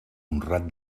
honrat